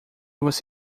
você